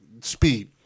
speed